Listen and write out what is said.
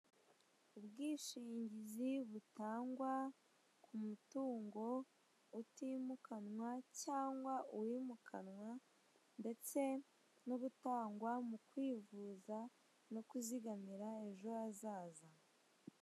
Ubwishingizi butangwa ku mutungo utimukanwa cyangwa uwimukanwa ndetse n'ubutangwa mu kwivuza no kuzigamira ejo hazaza.